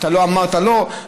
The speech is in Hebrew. אתה לא אמרת לא,